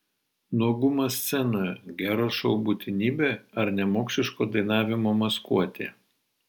nuogumas scenoje gero šou būtinybė ar nemokšiško dainavimo maskuotė